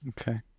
Okay